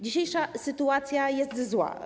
Dzisiejsza sytuacja jest zła.